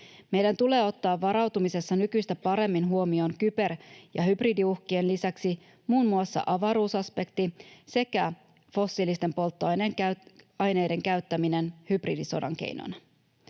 Meidän tulee ottaa varautumisessa nykyistä paremmin huomioon kyber- ja hybridiuhkien lisäksi muun muassa avaruusaspekti sekä fossiilisten polttoaineiden käyttäminen hybridisodan keinona.